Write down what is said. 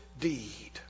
deed